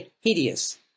hideous